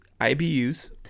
IBUs